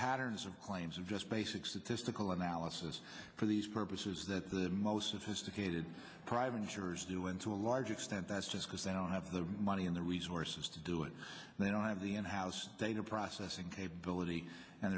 patterns of claims and just basic statistical analysis for these purposes that the most sophisticated private insurers doing to a large extent that's just because they don't have the money and the resources to do it they don't have the in house data processing capability and